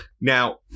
Now